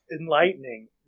Enlightening